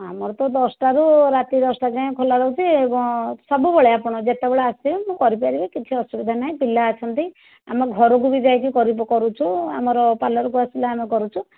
ଆମର ତ ଦଶଟାରୁ ରାତି ଦଶଟା ଯାଏଁ ଖୋଲା ରହୁଛି ଏବଂ ସବୁବେଳେ ଆପଣ ଯେତେବେଳେ ଆସିବେ ମୁଁ କରିପାରିବି କିଛି ଅସୁବିଧା ନାହିଁ ପିଲା ଅଛନ୍ତି ଆମ ଘରକୁ ବି ଯାଇ କରୁଛୁ ଆମର ପାର୍ଲରକୁ ଆସିଲେ ଆମେ କରୁଛୁ